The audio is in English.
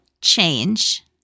change